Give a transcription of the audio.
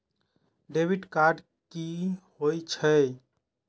Debit card कि होई छै?